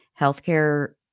healthcare